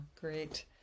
great